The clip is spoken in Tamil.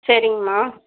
சரிங்கம்மா